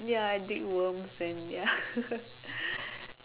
ya I dig worms then ya